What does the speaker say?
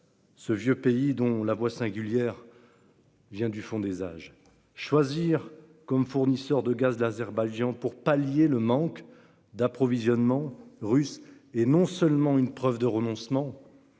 ce vieux pays dont la voix singulière vient du fond des âges. Choisir comme fournisseur de gaz l'Azerbaïdjan pour pallier le manque d'approvisionnement russe est non seulement une preuve de renoncement